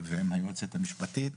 ועם היועצת המשפטית.